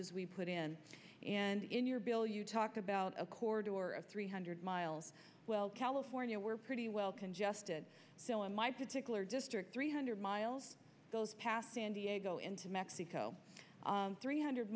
as we put in and in your bill you talked about a quarter of three hundred miles well california we're pretty well congested still in my particular district three hundred miles goes past san diego into mexico three hundred